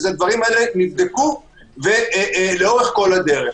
הדברים הללו נבדקו לאורך כל הדרך.